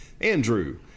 Andrew